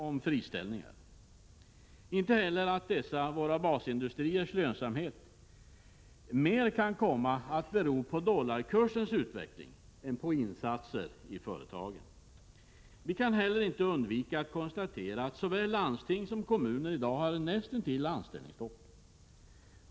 Det kan knappast ha undgått honom att dessa våra basindustriers lönsamhet mer kan komma att bero på dollarkursens utveckling än på insatser i företagen. Vi kan heller inte undvika att konstatera att såväl landsting som kommuner i dag har näst intill anställningsstopp.